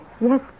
Yes